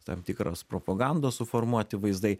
tam tikros propagandos suformuoti vaizdai